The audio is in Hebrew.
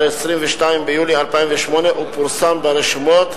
22 ביולי 2008, ופורסם ברשומות,